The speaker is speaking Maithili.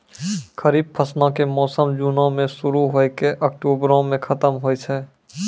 खरीफ फसलो के मौसम जूनो मे शुरु होय के अक्टुबरो मे खतम होय छै